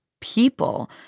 people